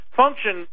function